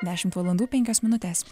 dešimt valandų penkios minutės